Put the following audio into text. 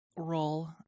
Roll